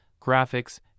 graphics